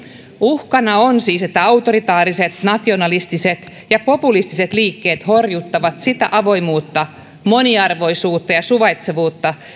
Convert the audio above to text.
uhkana on siis että autoritääriset nationalistiset ja populistiset liikkeet horjuttavat sitä avoimuutta moniarvoisuutta ja suvaitsevuutta